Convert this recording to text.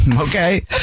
Okay